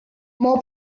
mau